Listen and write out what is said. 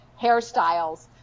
hairstyles